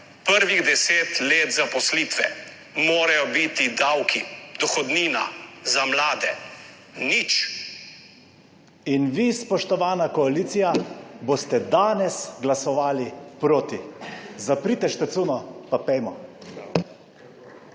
Prvih deset let zaposlitve morajo biti davki, dohodnina, za mlade nič.« In vi, spoštovana koalicija, boste danes glasovali proti. Potem pa samo